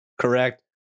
correct